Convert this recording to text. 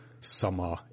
summer